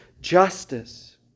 justice